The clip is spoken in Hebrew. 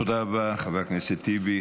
תודה רבה חבר הכנסת טיבי.